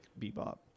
Bebop